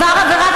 הוא עבר עבירה,